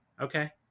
okay